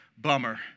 bummer